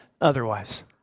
otherwise